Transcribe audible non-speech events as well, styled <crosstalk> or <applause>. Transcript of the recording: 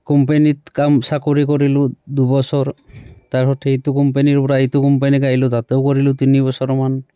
কোম্পেনীত কাম চাকৰি কৰিলোঁ দুবছৰ তা <unintelligible> সেইটো কোম্পেনীৰ পৰা এইটো কোম্পেনীৰলৈকে আহিলোঁ তাতেও কৰিলোঁ তিনিবছৰমান